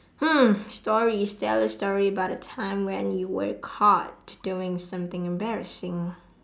hmm stories tell a story about a time when you were caught doing something embarrassing